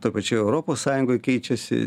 toj pačioj europos sąjungoj keičiasi